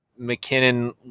McKinnon